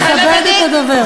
תכבד את הדובר.